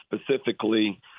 specifically